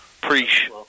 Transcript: preach